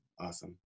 awesome